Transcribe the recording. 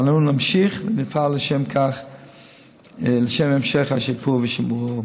אנו נמשיך ונפעל לשם המשך השיפור ושימורו.